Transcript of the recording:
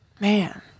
man